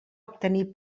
obtenir